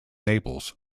naples